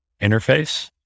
interface